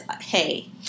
hey